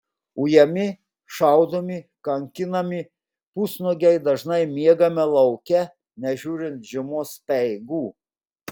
ujami šaudomi kankinami pusnuogiai dažnai miegame lauke nežiūrint žiemos speigų